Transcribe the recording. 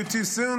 you too,